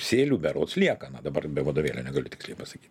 sėlių berods liekana dabar be vadovėlio negaliu tiksliai pasakyt